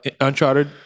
Uncharted